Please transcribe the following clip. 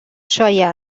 شایع